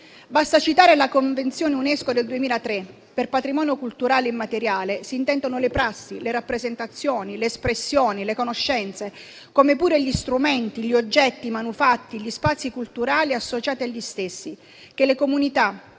Basta citare la Convenzione dell'UNESCO del 2003: per patrimonio culturale immateriale si intendono le prassi, le rappresentazioni, le espressioni e le conoscenze, come pure gli strumenti, gli oggetti, i manufatti e gli spazi culturali associati agli stessi che le comunità,